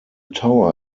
tower